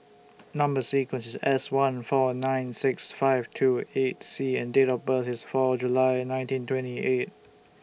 Number sequence IS S one four nine six five two eight C and Date of birth IS four July nineteen twenty eight